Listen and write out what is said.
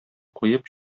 куеп